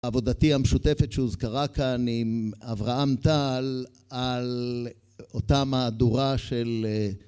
עבודתי המשותפת שהוזכרה כאן עם אברהם טל על אותה מהדורה של...